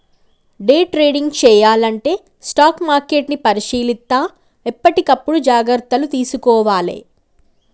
day trading చెయ్యాలంటే stock మార్కెట్ని పరిశీలిత్తా ఎప్పటికప్పుడు జాగర్తలు తీసుకోవాలే